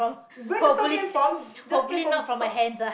where the salt came from just came from salt